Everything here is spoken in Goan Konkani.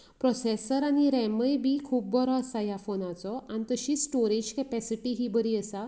प्रॉसेसर आनी रेमय बी खूब बरो आसा ह्या फोनाचो आनी तशींच स्टोरेज केपेसिटी ही बरी आसा